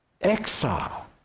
exile